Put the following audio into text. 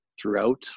throughout